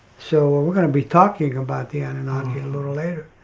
so we're gonna be talking about the anunnaki a little later,